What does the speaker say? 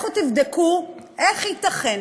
לכו תבדקו איך ייתכן